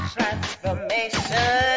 Transformation